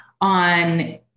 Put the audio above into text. on